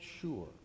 sure